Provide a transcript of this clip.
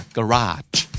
Garage